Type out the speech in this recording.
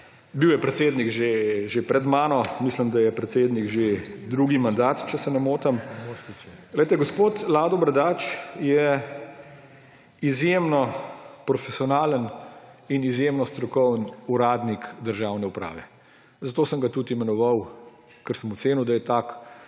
Bil je predsednik že pred mano, mislim, da je predsednik že drugi mandat, če se ne motim. Gospod Lado Bradač je izjemno profesionalen in izjemno strokoven uradnik državne uprave. Zato sem ga tudi imenoval, ker sem ocenil, da je tak,